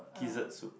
dessert soup